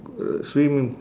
uh swim